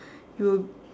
you will